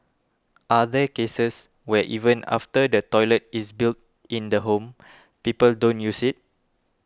are there cases where even after the toilet is built in the home people don't use it